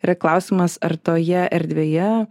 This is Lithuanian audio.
yra klausimas ar toje erdvėje